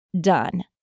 done